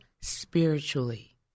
spiritually